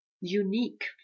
unique